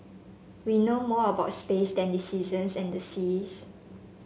we know more about space than the seasons and the seas